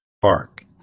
Park